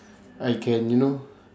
I can you know